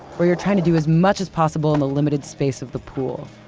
where you're trying to do as much as possible in the limited space of the pool,